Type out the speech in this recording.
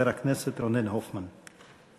חבר הכנסת רונן הופמן.